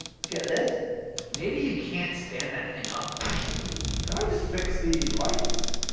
let's get this maybe you can't stand that thing up can i just fix the lights?